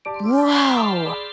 Whoa